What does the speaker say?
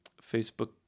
Facebook